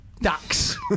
ducks